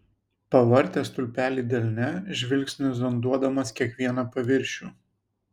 pavartė stulpelį delne žvilgsniu zonduodamas kiekvieną paviršių